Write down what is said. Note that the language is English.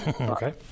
Okay